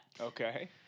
Okay